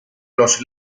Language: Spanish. los